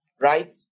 right